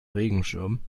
regenschirm